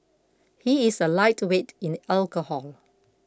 he is a lightweight in alcohol